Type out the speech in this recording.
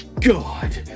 god